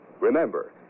Remember